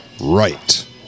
right